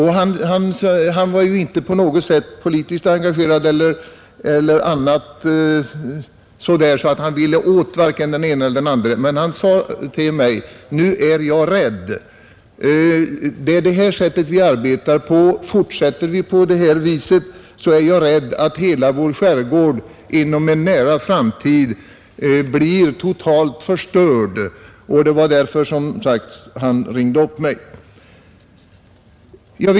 Han är inte politiskt engagerad eller på något sätt behärskad av en vilja att komma åt den ene eller den andre. Han sade till mig: Om vi fortsätter på det här viset, så är jag rädd att hela vår skärgård inom en nära framtid blir totalt förstörd. Det var av den anledningen han ringde upp mig.